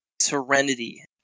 Serenity